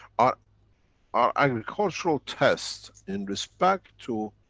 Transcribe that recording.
our our agricultural tests in respect to